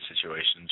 situations